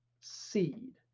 seed